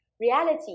reality